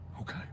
Okay